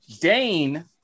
Dane